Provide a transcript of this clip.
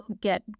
get